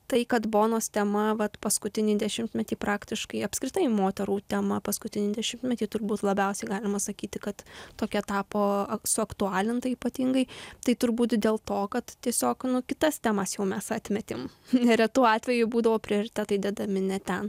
tai kad bonos tema vat paskutinį dešimtmetį praktiškai apskritai moterų tema paskutinį dešimtmetį turbūt labiausiai galima sakyti kad tokia tapo ak suaktualinta ypatingai tai turbūt dėl to kad tiesiog no kitas temas jau mes atmetėm neretu atveju būdavo prioritetai dedami ne ten